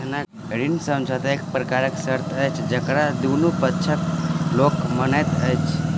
ऋण समझौता एक प्रकारक शर्त अछि जकरा दुनू पक्षक लोक मानैत छै